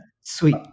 Sweet